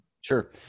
Sure